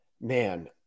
Man